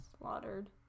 slaughtered